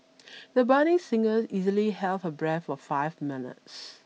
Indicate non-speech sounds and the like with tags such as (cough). (noise) the budding singer easily held her breath for five minutes